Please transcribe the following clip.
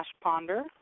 Ponder